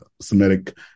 Semitic